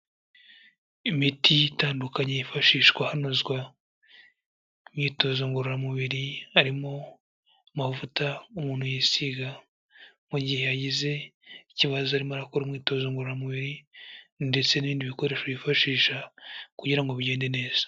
Imiti itandukanye yifashishwa hanozwa imyitozo ngororamubiri, harimo amavuta umuntu yisiga mu gihe yigize ikibazo arimo akora imyitozo ngororamubiri ndetse n'ibindi bikoresho bifashisha kugira ngo bigende neza.